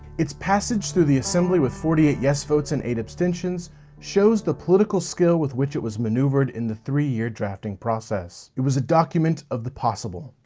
its passage through the assembly with forty eight yes votes and eight abstentions shows the political skill with which it was maneuvered in the three year drafting process. it was a document of the possible.